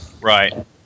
Right